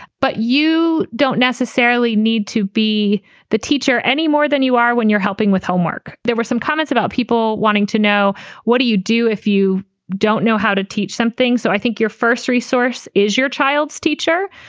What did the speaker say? but you don't necessarily need to be the teacher any more than you are when you're helping with homework. there were some comments about people wanting to know what do you do if you don't know how to teach something? so i think your first resource is your child's teacher.